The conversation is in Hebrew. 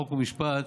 חוק ומשפט,